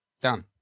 Done